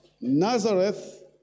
Nazareth